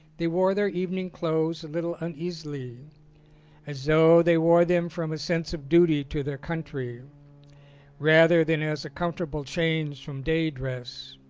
they wore their evening clothes a little uneasily as though they wore them from a sense of duty to their country rather than as a comfortable change from day dress.